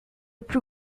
plus